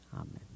Amen